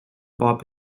pop